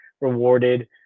rewarded